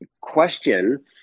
question